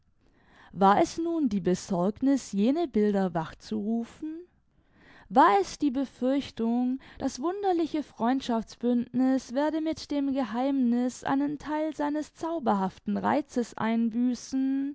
war es nun die besorgniß jene bilder wach zu rufen war es die befürchtung das wunderliche freundschaftsbündniß werde mit dem geheimniß einen theil seines zauberhaften reizes einbüßen